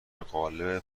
قالب